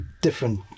different